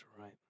right